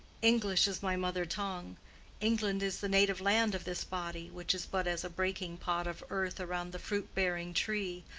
english is my mother-tongue, england is the native land of this body, which is but as a breaking pot of earth around the fruit-bearing tree,